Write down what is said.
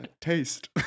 taste